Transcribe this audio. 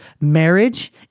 marriage